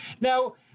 Now